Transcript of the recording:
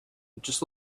just